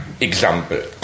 example